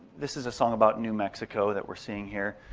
this is a song about new mexico that we're seeing here.